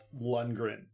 Lundgren